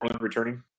returning